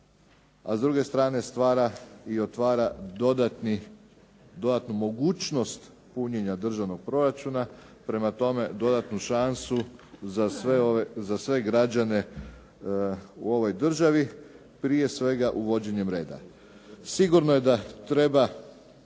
a s druge strane stvara i otvara dodatnu mogućnost punjenja državnog proračuna. Prema tome, dodatnu šansu za sve građane u ovoj državi prije svega uvođenjem reda. Sigurno je da treba